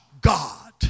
God